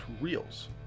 reels